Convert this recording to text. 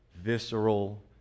Visceral